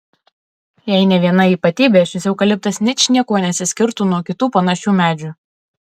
jei ne viena ypatybė šis eukaliptas ničniekuo nesiskirtų nuo kitų panašių medžių